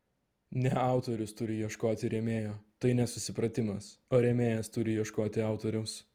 ne autorius turi ieškoti rėmėjo tai nesusipratimas o rėmėjas turi ieškoti autoriaus